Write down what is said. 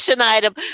item